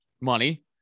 money